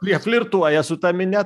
kurie flirtuoja su ta minia